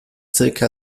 zirka